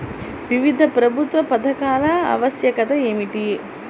వివిధ ప్రభుత్వ పథకాల ఆవశ్యకత ఏమిటీ?